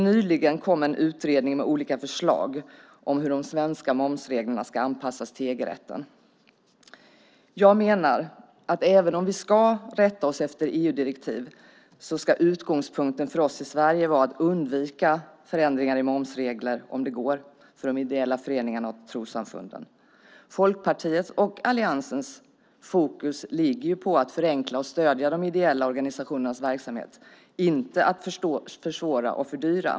Nyligen kom en utredning med olika förslag om hur de svenska momsreglerna ska anpassas till EG-rätten. Jag menar att även om vi ska rätta oss efter EU-direktiv ska utgångspunkten för oss i Sverige vara att undvika förändringar i momsregler, om det går, för de ideella föreningarna och trossamfunden. Folkpartiets och alliansens fokus ligger på att förenkla och stödja de ideella organisationernas verksamhet, inte att försvåra och fördyra.